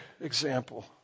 example